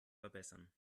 verbessern